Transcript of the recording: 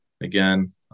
again